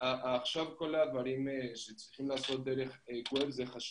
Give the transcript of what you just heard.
עכשיו כל הדברים שצריכים לעשות זה חשוב,